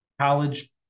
college